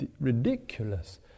ridiculous